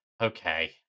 Okay